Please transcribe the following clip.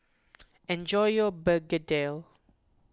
enjoy your Begedil